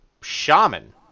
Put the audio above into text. shaman